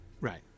Right